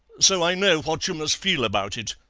so i know what you must feel about it.